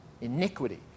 iniquity